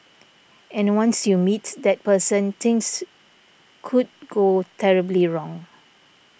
and once you meet that person things could go terribly wrong